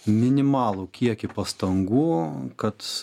minimalų kiekį pastangų kad